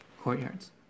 courtyards